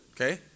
Okay